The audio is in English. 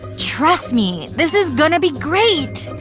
trust me, this is going to be great!